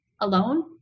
alone